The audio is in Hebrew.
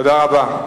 תודה רבה.